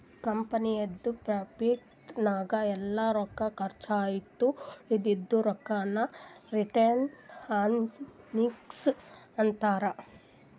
ಕಂಪನಿದು ಪ್ರಾಫಿಟ್ ನಾಗ್ ಎಲ್ಲಾ ರೊಕ್ಕಾ ಕರ್ಚ್ ಆಗಿ ಉಳದಿದು ರೊಕ್ಕಾಗ ರಿಟೈನ್ಡ್ ಅರ್ನಿಂಗ್ಸ್ ಅಂತಾರ